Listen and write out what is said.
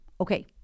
Okay